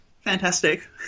Fantastic